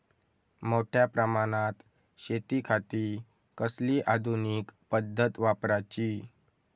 मोठ्या प्रमानात शेतिखाती कसली आधूनिक पद्धत वापराची?